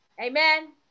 Amen